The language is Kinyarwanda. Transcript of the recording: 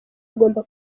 agomba